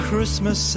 Christmas